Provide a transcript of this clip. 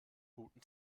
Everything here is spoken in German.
guten